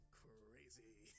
crazy